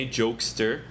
jokester